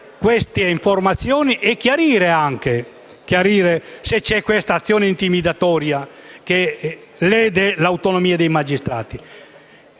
queste informazioni e chiarire se c'è questa azione intimidatoria che lede l'autonomia dei magistrati.